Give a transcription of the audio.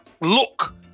look